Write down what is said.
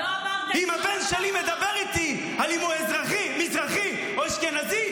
אם הבן שלי מדבר איתי על אם הוא מזרחי או אשכנזי,